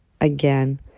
Again